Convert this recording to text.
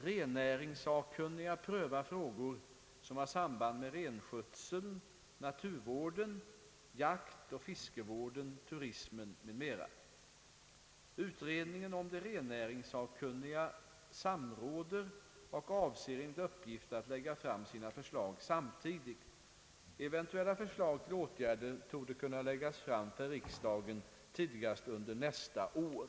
Rennäringssakkunniga prövar frågor som har samband med renskötseln, naturvården, jaktoch fiskevården, turismen m.m. Utredningen och de rennäringssakkunniga samråder och avser enligt uppgift att lägga fram sina förslag samtidigt. Eventuella förslag till åtgärder torde kunna läggas fram för riksdagen tidigast under nästa år.